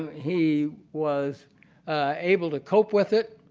he was able to cope with it.